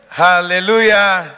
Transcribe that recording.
hallelujah